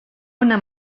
una